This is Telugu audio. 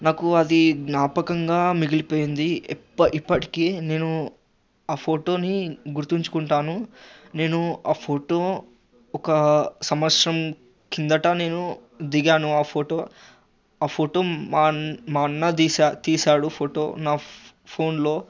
నాకు అది జ్ఞాపకంగా మిగిలిపోయింది ఇప్ప ఇప్పటికి నేను ఆ ఫొటోని గుర్తించుకుంటాను నేను ఆ ఫొటో ఒక సంవత్సరం కిందట నేను దిగాను ఆ ఫొటో ఆ ఫొటో మా అన్ మా అన్న తీసా తీసాడు ఫొటో నా ఫోన్లో